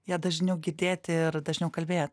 ją dažniau girdėti ir dažniau kalbėt